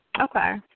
Okay